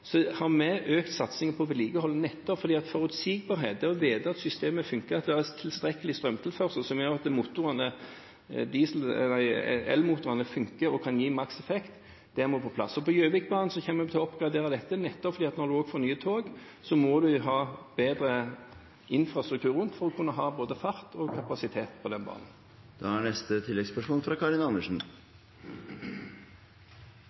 har vi økt satsingen på vedlikehold nettopp fordi forutsigbarhet, det å vite at systemet funker, at en har tilstrekkelig strømtilførsel som gjør at elmotorene funker og kan gi maks effekt, det må på plass. På Gjøvikbanen kommer vi til å oppgradere dette, nettopp fordi en også må ha bedre infrastruktur rundt for å kunne ha både fart og kapasitet på den banen når en får nye tog. Karin Andersen